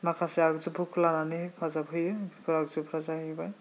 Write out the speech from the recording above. माखासे आगजुफोरखौ लानानै हेफाजाब होयो बेफोर आगजुफोरा जाहैबाय